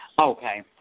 Okay